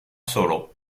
solo